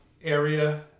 Area